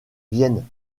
viennent